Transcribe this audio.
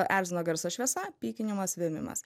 erzina garsas šviesa pykinimas vėmimas